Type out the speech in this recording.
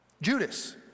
Judas